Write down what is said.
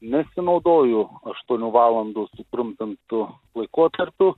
nesinaudoju aštuonių valandų sutrumpintų laikotarpiu